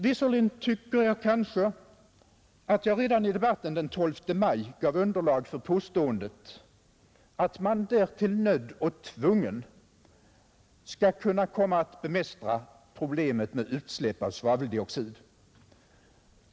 Visserligen tycker jag kanske att jag redan i debatten den 12 maj gav underlag för påståendet att man — därtill nödd och tvungen — skall komma att kunna bemästra problemet med utsläpp av svaveldioxid.